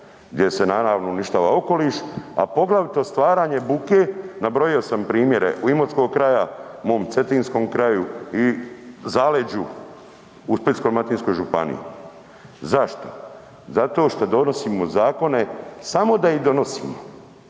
gdje se naravno uništava okoliš, a poglavito stvaranje bude, nabrojio sam primjere u Imotskog kraja, u mom Cetinskom kraju i zaleđu, u Splitsko-dalmatinskoj županiji. Zašto? Zato šta donosimo zakone samo da ih donosimo,